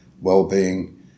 well-being